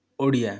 Odia